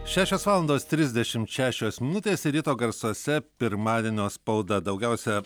šešios valandos trisdešimt šešios minutės ir ryto garsuose pirmadienio spauda daugiausia